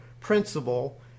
principle